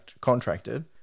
contracted